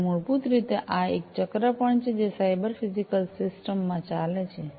તેથી મૂળભૂત રીતે આ એક ચક્ર પણ છે જે સાયબર ફિઝિકલ સિસ્ટમ્સ માં ચાલે છે